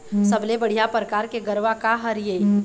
सबले बढ़िया परकार के गरवा का हर ये?